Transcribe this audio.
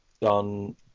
done